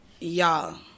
Y'all